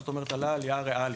זאת אומרת, עלה עלייה ריאלית.